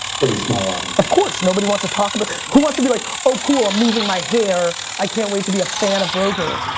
pretty small um course, nobody wants to talk about. who wants to be like, oh cool. i'm losing my hair. i can't wait to be a fan of rogaine,